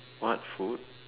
what food